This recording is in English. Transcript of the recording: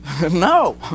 No